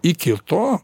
iki to